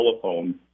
telephone